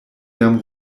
jam